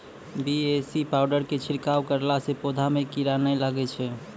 BAC powder के छिड़काव करला से पौधा मे कीड़ा नैय लागै छै?